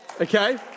Okay